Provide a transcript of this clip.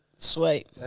Sweet